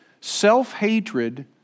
self-hatred